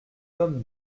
tome